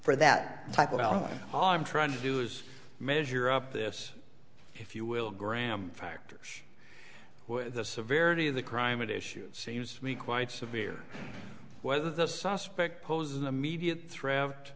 for that type well all i'm trying to do is measure up this if you will graham factors the severity of the crime at issue seems to be quite severe weather the suspect poses an immediate threat